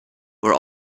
were